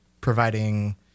providing